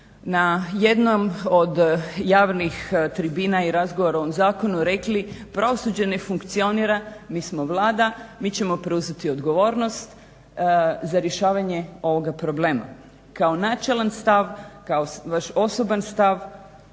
na jednom od javnih tribina i razgovora o ovom zakonu rekli pravosuđe ne funkcionira, mi smo Vlada mi ćemo preuzeti odgovornost za rješavanje ovoga problema. Kao načelan stav, kao vaš osoban stav